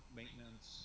maintenance